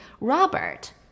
Robert